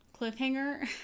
cliffhanger